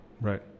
right